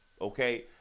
okay